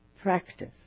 practice